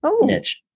niche